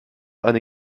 eine